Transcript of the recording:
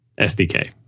SDK